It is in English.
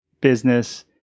business